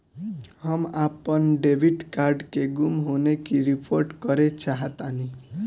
हम अपन debit card के गुम होने की रिपोर्ट करे चाहतानी